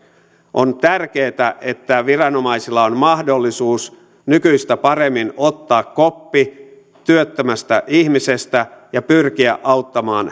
on tärkeätä että viranomaisilla on mahdollisuus nykyistä paremmin ottaa koppi työttömästä ihmisestä ja pyrkiä auttamaan